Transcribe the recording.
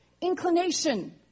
inclination